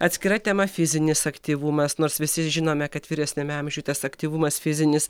atskira tema fizinis aktyvumas nors visi žinome kad vyresniame amžiuj tas aktyvumas fizinis